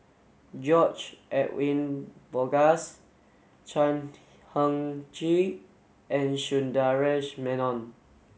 George Edwin Bogaars Chan Heng Chee and Sundaresh Menon